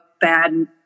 bad